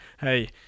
hey